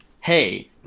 hey